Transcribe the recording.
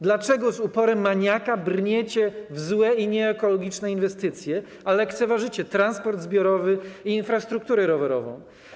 Dlaczego z uporem maniaka brniecie w złe i nieekologiczne inwestycje, a lekceważycie transport zbiorowy i infrastrukturę rowerową?